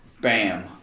bam